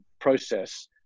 process